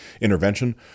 intervention